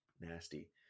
nasty